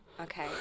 Okay